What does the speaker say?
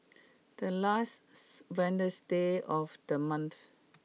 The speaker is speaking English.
the last Wednesday of the month